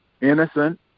innocent